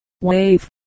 wave